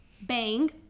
bang